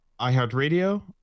iHeartRadio